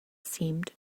seemed